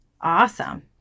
Awesome